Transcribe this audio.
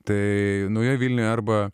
tai nauja vilė arba